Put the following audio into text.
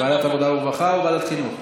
ועדת העבודה והרווחה או ועדת החינוך?